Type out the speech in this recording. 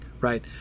right